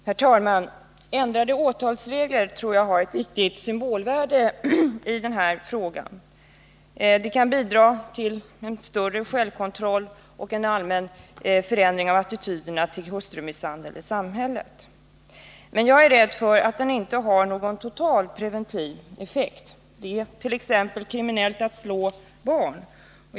Herr talman! Ändrade åtalsregler tror jag har ett viktigt symbolvärde i den här frågan — de kan bidra till en större självkontroll och en allmän förändring av attityderna till hustrumisshandeln — men jag är rädd för att de inte har någon total preventiveffekt. Det är t.ex. kriminellt att slå barn.